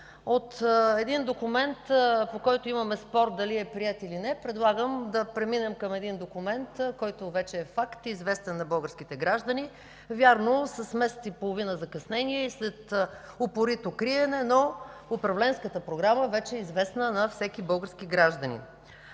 от един документ, по който имаме спор дали е приет или не, предлагам да преминем към един документ, който вече е факт и е известен на българските граждани. Вярно, с месец и половина закъснение и след упорито криене, но управленската програма вече е известна на всеки български гражданин.